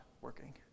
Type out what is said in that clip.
working